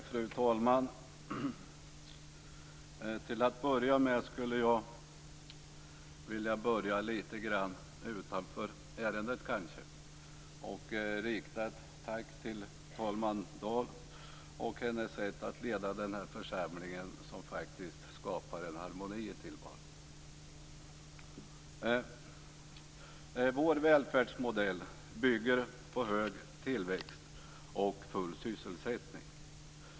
Fru talman! Till att börja med skulle jag vilja gå lite grann utanför ärendet och rikta ett tack till talman Dahl för hennes sätt att leda den här församlingen som faktiskt skapar en harmoni i tillvaron. Vår välfärdsmodell bygger på hög tillväxt och full sysselsättning.